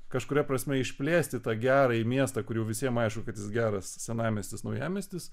kažkuria prasme išplėsti tą gerąjį miestą kur jau visiems aišku kad jis geras senamiestis naujamiestis